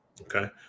Okay